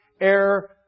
air